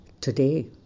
today